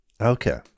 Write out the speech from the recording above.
Okay